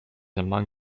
among